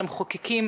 למחוקקים,